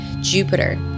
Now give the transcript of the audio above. Jupiter